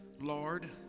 Lord